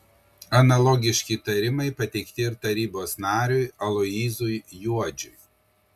analogiški įtarimai pateikti ir tarybos nariui aloyzui juodžiui